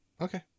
Okay